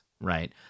right